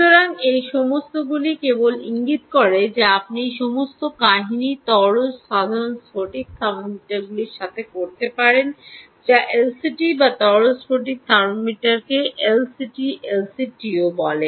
সুতরাং এই সমস্তগুলি কেবল ইঙ্গিত করে যে আপনি এই সমস্ত কাহিনী সাধারণ তরল স্ফটিক থার্মোমিটারগুলির সাথে করতে পারেন যা এলসিটি বা তরল স্ফটিক থার্মোমিটারকে এলসিটি এলসিটিও বলে